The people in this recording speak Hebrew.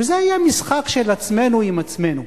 וזה יהיה משחק של עצמנו עם עצמנו.